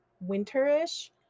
winter-ish